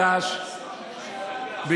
הקריקטורה